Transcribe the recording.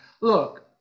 Look